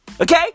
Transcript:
Okay